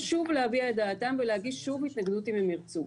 שוב להביע את דעתם ולהגיש התנגדות שוב אם הם ירצו.